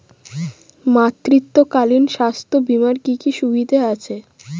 মাতৃত্বকালীন স্বাস্থ্য বীমার কি কি সুবিধে আছে?